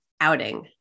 outing